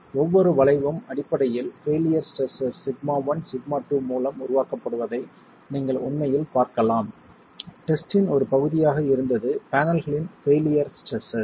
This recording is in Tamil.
ஒவ்வொரு வளைவும் அடிப்படையில் பெயிலியர் ஸ்ட்ரெஸ்ஸஸ் σ1 σ2 மூலம் உருவாக்கப்படுவதை நீங்கள் உண்மையில் பார்க்கலாம் டெஸ்ட்டின் ஒரு பகுதியாக இருந்தது பேனல்களின் பெயிலியர் ஸ்ட்ரெஸ்ஸஸ்